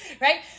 right